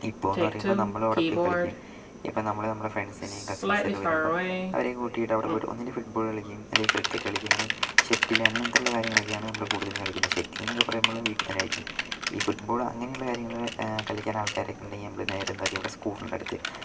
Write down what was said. ഇപ്പൊന്ന് പറയുമ്പം നമ്മളും അവിടെ പോയി കളിക്കും ഇപ്പം നമ്മള് നമ്മള ഫ്രണ്ട്സിനെയും കസിൻസ് ഒക്കെ വരുമ്പം അവരെയും കൂട്ടിയിട്ട് അവിടെപ്പോയിട്ട് ഒന്നേല് ഫുട്ബോൾ കളിക്കും അല്ലെങ്കിൽ ക്രിക്കറ്റ് കളിക്കും അങ്ങനെ ഷട്ടില് അങ്ങനെത്തുള്ള കാര്യങ്ങളൊക്കെയാണ് നമ്മള് കൂടുതലും കളിക്കുന്ന ഷട്ടിൽ എന്നൊക്കെ പറയുമ്പോള് വീട്ടിൽ തന്നെയായിരിക്കും ഈ ഫുട്ബോൾ അങ്ങനെയുള്ള കാര്യങ്ങള് കളിക്കാന് ആൾക്കാരൊക്കെ ഉണ്ടെങ്കിൽ നമ്മള് നേരെ എന്താ ഇവിടെ സ്കൂൾ ഉണ്ട് അടുത്ത്